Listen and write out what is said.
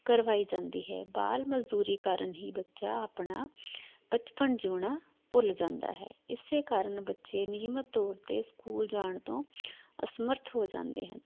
ਕਰਵਾਈ ਜਾਂਦੀ ਹੈ ਬਾਲ ਮਜ਼ਦੂਰੀ ਕਾਰਣ ਹੀ ਬੱਚਾ ਆਪਣਾ ਬਚਪਨ ਜਿਉਣਾ ਭੁੱਲ ਜਾਂਦਾ ਹੈ ਇਸੇ ਕਾਰਣ ਬੱਚੇ ਨਿਯਮਤ ਤੌਰ 'ਤੇ ਸਕੂਲ ਜਾਣ ਤੋਂ ਅਸਮਰੱਥ ਹੋ ਜਾਂਦੇ ਹਨ